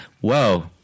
Whoa